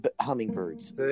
hummingbirds